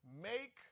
make